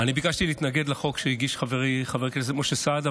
אני ביקשתי להתנגד לחוק שהגיש חברי חבר הכנסת משה סעדה,